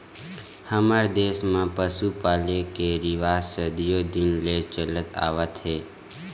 हमर देस म पसु पाले के रिवाज सदियो दिन ले चलत आवत हे